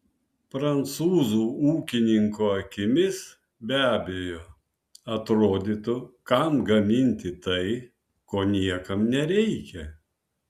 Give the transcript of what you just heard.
prancūzų ūkininko akimis be abejo atrodytų kam gaminti tai ko niekam nereikia